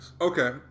Okay